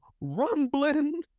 rumbling